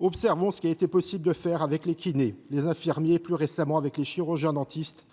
Observons ce qu’il a été possible de faire avec les kinés, les infirmiers et, plus récemment, avec les chirurgiens dentistes,